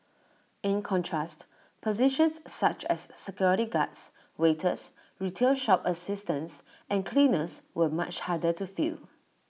in contrast positions such as security guards waiters retail shop assistants and cleaners were much harder to fill